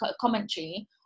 commentary